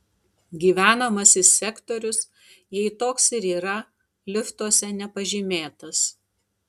gyvenamasis sektorius jei toks ir yra liftuose nepažymėtas